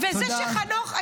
וזה שחנוך --- תודה.